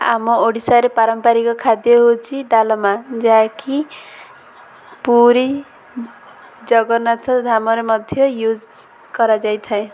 ଆମ ଓଡ଼ିଶାରେ ପାରମ୍ପାରିକ ଖାଦ୍ୟ ହେଉଛି ଡାଲମା ଯାହାକି ପୁରୀ ଜଗନ୍ନାଥ ଧାମରେ ମଧ୍ୟ ୟୁଜ୍ କରାଯାଇଥାଏ